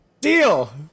deal